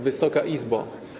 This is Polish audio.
Wysoka Izbo!